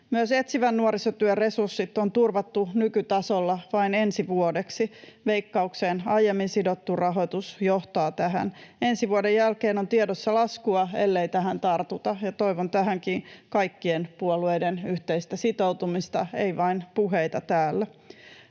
Myös etsivän nuorisotyön resurssit on turvattu nykytasolla vain ensi vuodeksi. Veikkaukseen aiemmin sidottu rahoitus johtaa tähän. Ensi vuoden jälkeen on tiedossa laskua, ellei tähän tartuta, ja toivon tähänkin kaikkien puolueiden yhteistä sitoutumista, ei vain puheita täällä.